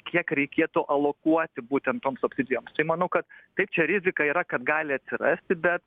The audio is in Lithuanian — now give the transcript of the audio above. kiek reikėtų alokuoti būtent toms subsidijoms tai manau kad taip čia rizika yra kad gali atsirasti bet